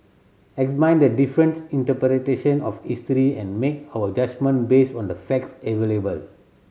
the difference interpretation of history and make our judgement based on the facts available